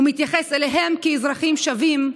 ומתייחס אליהם כאזרחים שווים,